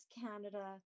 Canada